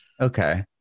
Okay